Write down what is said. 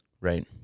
Right